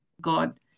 God